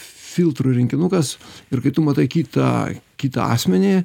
filtrų rinkinukas ir kai tu matai kitą kitą asmenį